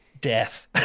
death